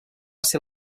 ser